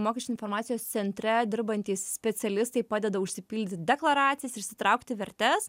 mokesčių informacijos centre dirbantys specialistai padeda užsipildyt deklaracijas išsitraukti vertes